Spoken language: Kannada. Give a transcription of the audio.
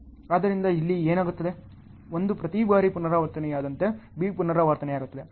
ಆದ್ದರಿಂದ ಇಲ್ಲಿ ಏನಾಗುತ್ತದೆ 1 ಪ್ರತಿ ಬಾರಿ ಪುನರಾವರ್ತನೆಯಾದಂತೆ B ಪುನರಾವರ್ತನೆಯಾಗುತ್ತದೆ